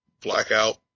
blackout